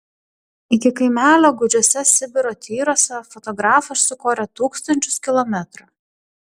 iki kaimelio gūdžiuose sibiro tyruose fotografas sukorė tūkstančius kilometrų